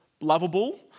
lovable